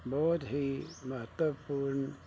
ਬਹੁਤ ਹੀ ਮਹੱਤਵਪੂਰਨ